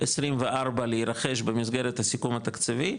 24 להירכש, במסגרת הסיכום התקציבי,